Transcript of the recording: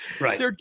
Right